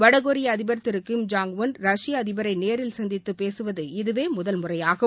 வடகொரிய அதிபர் திரு கிம் ஜோங் உன் ரஷ்ய அதிபரை நேரில் சந்தித்து பேசுவது இதுவே முதல் முறையாகும்